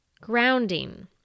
grounding